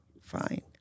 fine